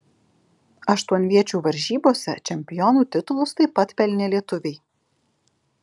aštuonviečių varžybose čempionų titulus taip pat pelnė lietuviai